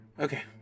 Okay